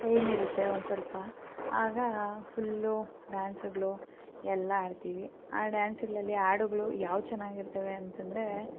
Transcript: time ಇರುತ್ತೆ ಒಂದು ಸ್ವಲ್ಪ ಆಗ ಫುಲ್ಲು ಡ್ಯಾನ್ಸುಗಳು ಎಲ್ಲ ಆಡ್ತೀವಿ ಆ ಡ್ಯಾನ್ಸುಗಳಲ್ಲಿ ಹಾಡುಗ್ಳು ಯಾವ್ದು ಚೆನ್ನಾಗಿ ಇರ್ತವೆ ಅಂತಂದರೆ